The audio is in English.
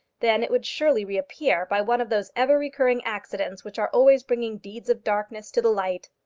then it would surely reappear by one of those ever-recurring accidents which are always bringing deeds of darkness to the light.